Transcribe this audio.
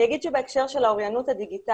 אני אגיד שוב בהקשר של האוריינות הדיגיטלית,